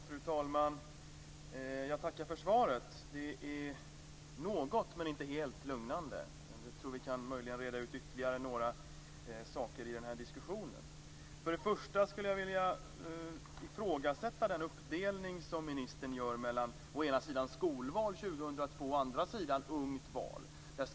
Fru talman! Jag tackar för svaret. Det är något, men inte helt, lugnande. Möjligen kan vi reda ut ytterligare några saker i den här diskussionen. Först skulle jag vilja ifrågasätta den uppdelning som ministern gör mellan å ena sidan Skolval 2002 och å andra sidan Ungt val.